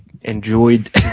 enjoyed